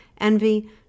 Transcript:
envy